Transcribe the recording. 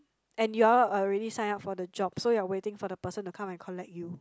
and you all already sign up for the job so you're waiting for the person to come and collect you